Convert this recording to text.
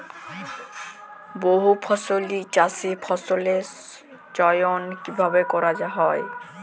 বহুফসলী চাষে ফসলের চয়ন কীভাবে করা হয়?